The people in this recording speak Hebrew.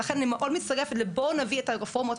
ולכן אני מאוד מצטרפת לבואו נביא את הרפורמות.